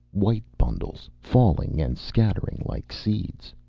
white bundles falling and scattering like seeds.